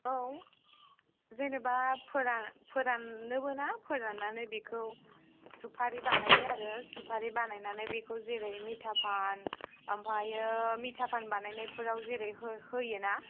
औ जेनेबा फोरान फोराननोबो ना फोराननानै बेखौ सुफारि बानायो आरो सुफारि बानायनानै बेखौ जेरै मिथापान आमफ्रायो मिथापान बानायनायफोराव जेरै होयो ना